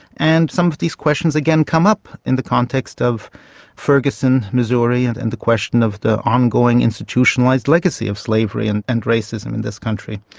and some of these questions again come up in the context of ferguson, missouri and and the question of the ongoing institutionalised legacy of slavery and and racism in this country.